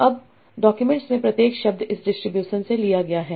अब डॉक्यूमेंट्स में प्रत्येक शब्द इस डिस्ट्रीब्यूशन से लिया गया है